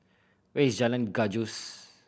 where is Jalan Gajus